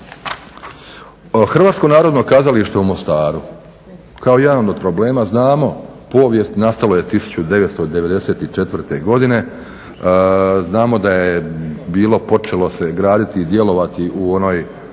zemalja sa RH. HNK u Mostaru, kao od jedan problema, znamo povijest, nastalo je 1994. godine, znamo da je bilo počelo se graditi i djelovati u onoj